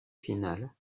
finale